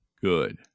good